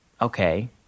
Okay